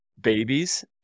babies